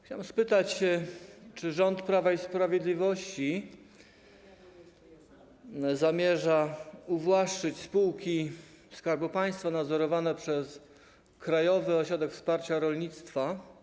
Chciałem spytać: Czy rząd Prawa i Sprawiedliwości zamierza uwłaszczyć spółki Skarbu Państwa nadzorowane przez Krajowy Ośrodek Wsparcia Rolnictwa?